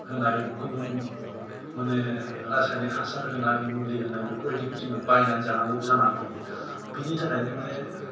होनाय गुबुन माने रासायनिक हासार होनाय मुलि होनाय बेफोरबायदिखौ जोङो बायनानै जानांगौ जानानै फैयो बिनि थाखायनो माने